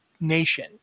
nation